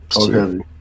Okay